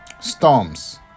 storms